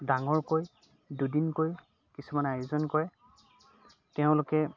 ডাঙৰকৈ দুদিনকৈ কিছুমানে আয়োজন কৰে তেওঁলোকে